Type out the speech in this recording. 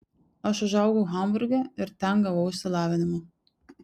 aš užaugau hamburge ir ten gavau išsilavinimą